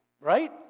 right